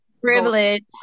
Privilege